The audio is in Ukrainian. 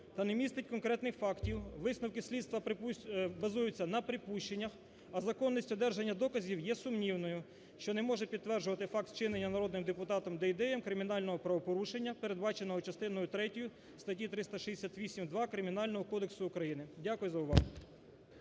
та містить конкретних фактів. Висновки слідства базуються на припущеннях, а законність одержання доказів є сумнівною, що не може підтверджувати факти вчинення народним депутатом Дейдеєм кримінального правопорушення, передбаченого частиною третьою статті 368-2 Кримінального кодексу України. Дякую за увагу.